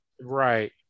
Right